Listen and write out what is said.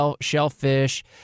shellfish